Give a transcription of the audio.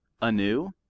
anew